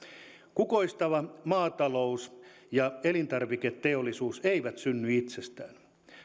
kukoistava maatalous ja elintarviketeollisuus eivät synny itsestään